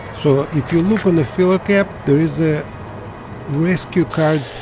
so if you look on the filler cap there is a rescue card